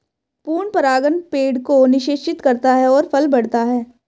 पूर्ण परागण पेड़ को निषेचित करता है और फल बढ़ता है